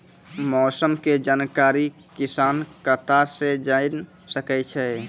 मौसम के जानकारी किसान कता सं जेन सके छै?